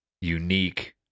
unique